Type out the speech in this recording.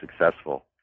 successful